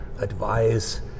advise